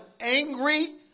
angry